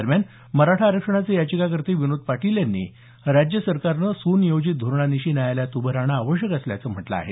दरम्यान मराठा आरक्षणाचे याचिकाकर्ते विनोद पाटील यांनी राज्यसरकारने सुनियोजित धोरणानिशी न्यायालयात उभं राहणं आवश्यक असल्याचं म्हटलं आहे